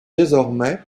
désormais